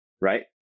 right